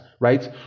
right